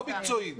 לא מקצועי.